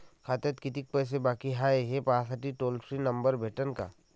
खात्यात कितीकं पैसे बाकी हाय, हे पाहासाठी टोल फ्री नंबर भेटन का?